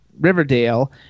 Riverdale